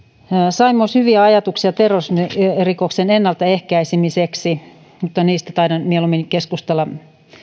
sain myös hyviä ajatuksia terrorismirikosten ennaltaehkäisemiseksi mutta niistä taidan mieluummin keskustella